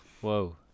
whoa